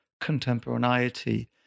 contemporaneity